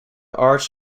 arts